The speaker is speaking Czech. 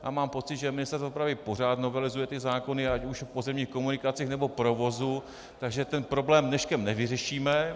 A mám pocit, že Ministerstvo dopravy pořád novelizuje ty zákony o pozemních komunikacích nebo provozu, takže ten problém dneškem nevyřešíme.